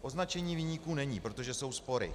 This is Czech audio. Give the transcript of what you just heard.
Označení viníků není, protože jsou spory.